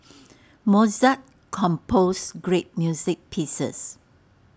Mozart composed great music pieces